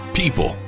people